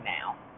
now